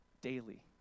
daily